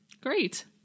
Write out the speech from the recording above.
Great